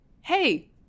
hey